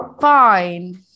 fine